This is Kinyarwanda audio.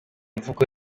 mvugo